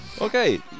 okay